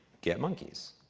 get monkeys.